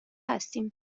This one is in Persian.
هستیم